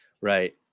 right